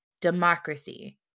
democracy